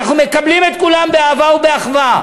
אנחנו מקבלים את כולם באהבה ובאחווה.